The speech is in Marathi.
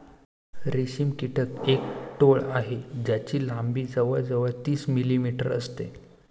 रेशम कीटक एक टोळ आहे ज्याची लंबी जवळ जवळ तीस मिलीमीटर असते